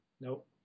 nope